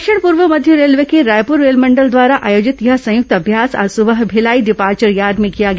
दक्षिण पूर्व मध्य रेलवे के रायपुर रेलमंडल द्वारा आयोजित यह संयुक्त अभ्यास आज सुबह भिलाई डिपार्चर यार्ड में किया गया